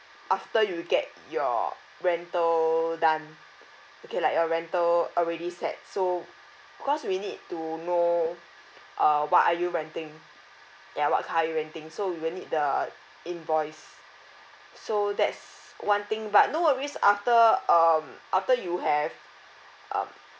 after you get your rental done okay like your rental already set so because we need to know uh what are you renting ya what car are you renting so we will need the invoice so that's one thing but no worries after um after you have um